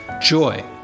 joy